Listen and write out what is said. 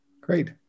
Great